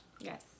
Yes